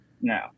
No